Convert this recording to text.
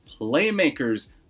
playmakers